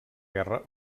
guerra